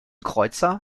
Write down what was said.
kreuzer